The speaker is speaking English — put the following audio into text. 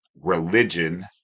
religion